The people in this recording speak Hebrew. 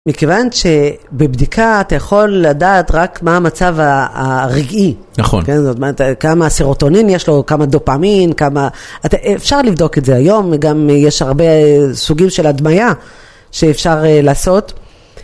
מכיוון שבבדיקה אתה יכול לדעת רק מה המצב הרגעי. נכון. כמה סירוטונין יש לו, כמה דופמין, כמה... אפשר לבדוק את זה היום, גם יש הרבה סוגים של הדמייה שאפשר לעשות.